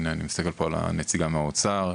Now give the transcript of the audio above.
אני מסתכל פה על הנציגה מהאוצר.